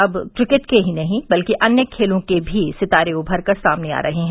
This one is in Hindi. अब क्रिकेट के ही नहीं बल्कि अन्य खेलों के सितारे भी उमर कर सामने आ रहे हैं